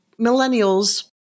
millennials